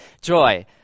joy